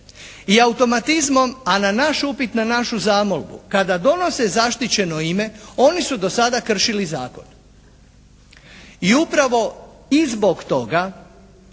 I automatizmom, a na naš upit, na našu zamolbu kada donose zaštićeno ime oni su do sada kršili zakon. I upravo i zbog toga